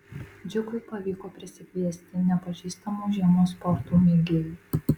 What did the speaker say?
džiugui pavyko prisikviesti nepažįstamų žiemos sporto mėgėjų